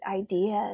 ideas